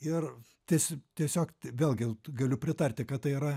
ir ties tiesiog vėlgi galiu pritarti kad tai yra